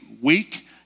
week